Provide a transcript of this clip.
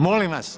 Molim vas!